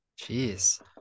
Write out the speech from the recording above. Jeez